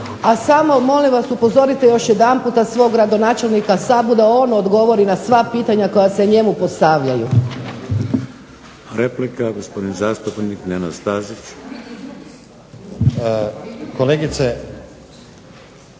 A samo molim vas upozorite još jedanputa svog gradonačelnika Sabu da on odgovori na sva pitanja koja se njemu postavljaju. **Šeks, Vladimir (HDZ)** Replika, gospodin zastupnik Nenad Stazić. **Stazić,